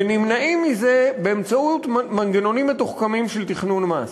ונמנעים מזה באמצעות מנגנונים מתוחכמים של תכנון מס.